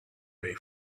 pay